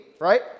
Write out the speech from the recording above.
right